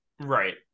Right